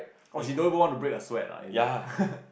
cause she don't even want to break a sweat ah is it